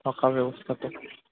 থকাৰ ব্যৱস্থাটো